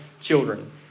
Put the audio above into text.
children